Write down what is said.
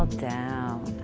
down,